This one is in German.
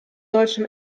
deutschen